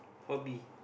hobbit